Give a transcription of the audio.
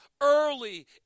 early